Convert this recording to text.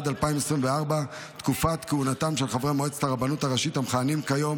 התשפ"ד 2024. תקופת כהונתם של חברי מועצת הרבנות הראשית המכהנים כיום